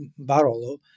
Barolo